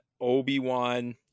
Obi-Wan